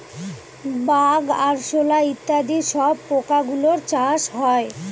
bug, আরশোলা ইত্যাদি সব পোকা গুলোর চাষ হয়